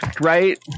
right